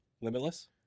Limitless